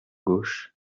gauche